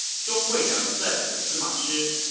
zhong hui now said to sima shi,